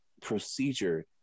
procedure